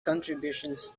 contributions